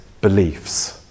beliefs